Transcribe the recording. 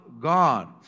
God